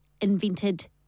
invented